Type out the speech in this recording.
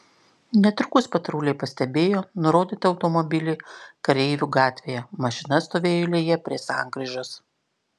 netrukus patruliai pastebėjo nurodytą automobilį kareivių gatvėje mašina stovėjo eilėje prie sankryžos